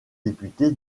député